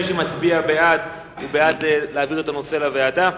מי שמצביע בעד, הוא בעד להעביר את הנושא לוועדה.